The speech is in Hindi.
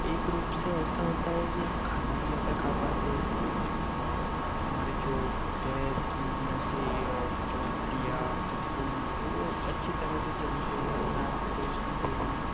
एक रूप से ऐसा होता है कि हम खाना भी ज़्यादा खा पाते हैं और हमारे जो पैर की नसें और जो हड्डियाँ जो खून होते हैं वह अच्छी तरह से चलते हैं ना तो कोई उसमें कभी